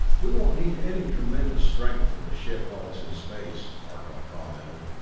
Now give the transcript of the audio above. we won't need any tremendous strength for the ship while it in space, arcot commented,